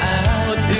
out